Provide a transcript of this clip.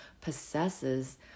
possesses